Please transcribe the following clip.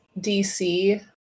DC